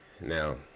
Now